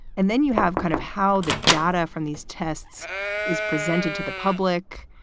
and then you have kind of how the data from these tests is presented to the public.